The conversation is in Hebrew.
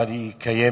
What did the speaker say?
אבל היא קיימת.